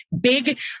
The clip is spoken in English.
big